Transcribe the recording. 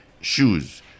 shoes